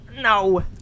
no